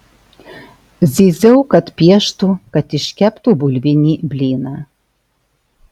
zyziau kad pieštų kad iškeptų bulvinį blyną